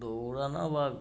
দৌড়ানো বা